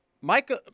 Michael